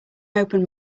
open